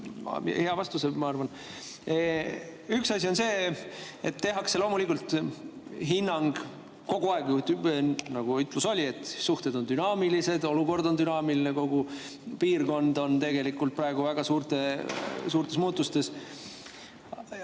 hea vastuse, ma arvan. Üks asi on see, et antakse loomulikult hinnang kogu aeg, nagu siin ütlus oli, et suhted on dünaamilised, olukord on dünaamiline. Aga kogu piirkond on tegelikult praegu väga suurtes muutustes.